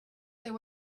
there